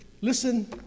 Listen